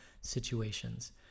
situations